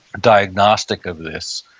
diagnostic of this?